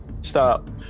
Stop